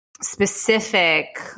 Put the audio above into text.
specific